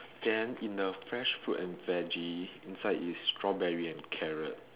then in the fresh fruit and veggie inside is strawberry and carrot